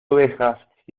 ovejas